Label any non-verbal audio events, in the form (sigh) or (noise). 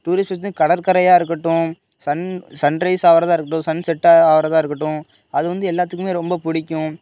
tourist (unintelligible) கடற்கரையாக இருக்கட்டும் sun sunrise ஆகுறதா இருக்கட்டும் சன் செட்டாக ஆகுறதா இருக்கட்டும் அது வந்து எல்லாத்துக்கும் ரொம்ப பிடிக்கும்